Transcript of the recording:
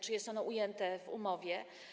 Czy jest ono ujęte w umowie?